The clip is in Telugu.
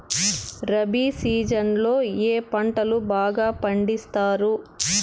రబి సీజన్ లో ఏ పంటలు బాగా పండిస్తారు